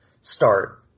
start